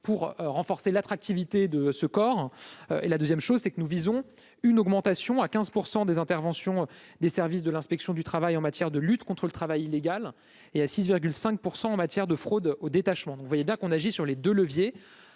pour renforcer l'attractivité de ce corps et la 2ème chose, c'est que nous visons une augmentation à 15 % des interventions des services de l'inspection du travail en matière de lutte contre le travail illégal et à 6 5 pour 100 en matière de fraude au détachement, vous voyez bien qu'on agit sur les 2 leviers